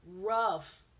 rough